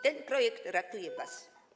Ten projekt ratuje was.